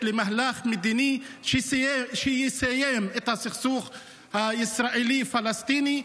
למהלך מדיני שיסיים את הסכסוך הישראלי פלסטיני.